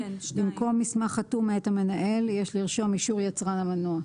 במקום "מסמך חתום מאת המנהל" יש לרשום "אישור יצרן המנוע"